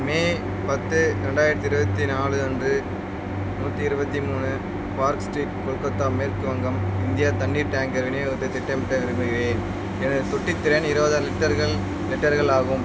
மே பத்து ரெண்டாயிரத்தி இருபத்தி நாலு அன்று நூற்றி இருபத்தி மூணு பார்க் ஸ்ட்ரீட் கொல்கத்தா மேற்கு வங்கம் இந்தியா தண்ணீர் டேங்கர் விநியோகத்தை திட்டமிட்ட விரும்புகிறேன் எனது தொட்டி திறன் இருபதாயிரம் லிட்டர்கள் லிட்டர்கள் ஆகும்